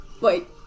wait